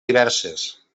diverses